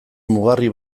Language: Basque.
mugarri